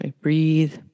Breathe